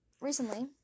recently